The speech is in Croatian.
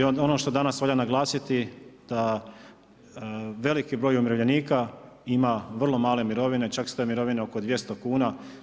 I ono što danas valja naglasiti, da veliki broj umirovljenika ima vrlo male mirovine, čak su te mirovine oko 200 kn.